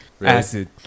Acid